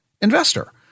investor